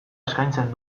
eskaintzen